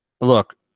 Look